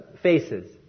faces